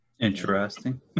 Interesting